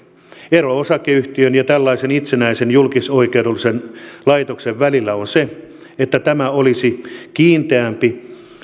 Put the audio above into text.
ero osakeyhtiön ja tällaisen itsenäisen julkisoikeudellisen laitoksen välillä on se että tämä olisi kiinteämmin